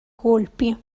colpi